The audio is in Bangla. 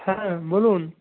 হ্যাঁ বলুন